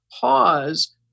pause